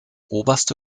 oberste